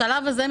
השלב הזה,